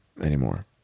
anymore